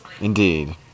Indeed